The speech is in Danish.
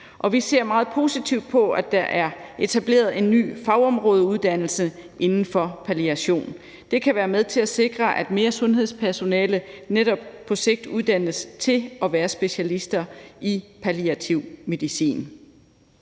og vi ser meget positivt på, at der er etableret en ny fagområdeuddannelse inden for palliation. Det kan være med til at sikre, at mere sundhedspersonale netop på sigt uddannes til at være specialister i palliativ medicin.